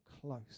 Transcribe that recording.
close